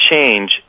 change